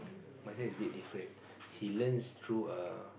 my son is a bit different he learns through uh